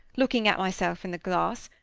looking at myself in the glass,